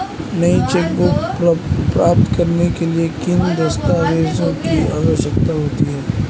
नई चेकबुक प्राप्त करने के लिए किन दस्तावेज़ों की आवश्यकता होती है?